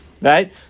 right